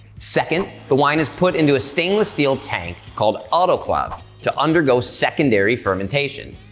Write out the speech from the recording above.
second, the wine is put into a stainless steel tank called autoclave to undergo secondary fermentation.